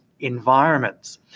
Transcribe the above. Environments